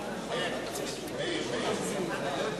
כן, רבותי חברי